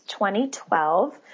2012